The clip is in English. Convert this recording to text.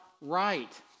right